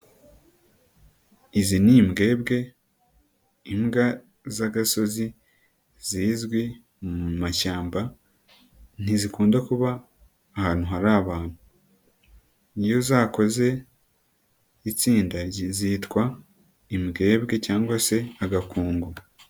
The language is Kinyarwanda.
Izi ni imbwebwe, imbwa z'agasozi zizwi mu mashyamba, ntizikunda kuba ahantu hari abantu. Iyo zakoze itsinda zitwa imbwebwe cyangwa se agakungu.